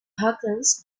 hookahs